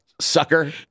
sucker